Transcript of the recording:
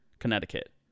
Connecticut